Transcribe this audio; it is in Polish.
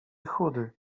chudy